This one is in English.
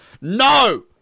No